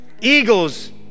Eagles